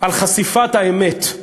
על חשיפת האמת.